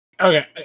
Okay